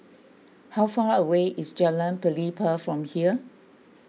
how far away is Jalan Pelepah from here